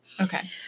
Okay